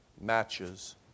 matches